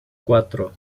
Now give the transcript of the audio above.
cuatro